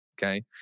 okay